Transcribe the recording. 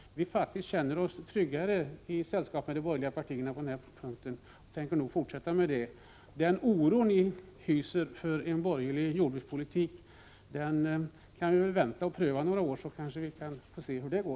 Vi känner oss faktiskt tryggare i sällskap med de borgerliga partierna på den här punkten och tänker nog fortsätta med det. Den oro ni hyser för en borgerlig jordbrukspolitik kan ni väl vänta med tills vi har prövat den några år och sett hur det går.